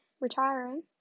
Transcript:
retiring